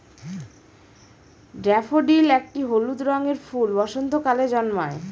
daffodil একটি হলুদ রঙের ফুল বসন্তকালে জন্মায়